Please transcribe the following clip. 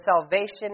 salvation